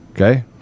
Okay